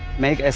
make